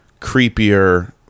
creepier